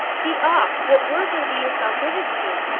be off! what words are these thou givest me?